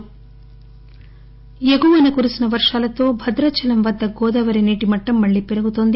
గోదావరి ఎగువన కురిసిన వర్షాలతో భద్రాచలం వద్ద గోదావరి నీటిమట్టం మళ్ళీ పెరుగుతోంది